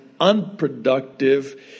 unproductive